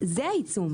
זה העיצום.